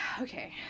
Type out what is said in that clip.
okay